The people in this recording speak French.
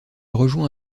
rejoint